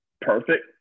perfect